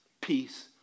peace